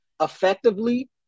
effectively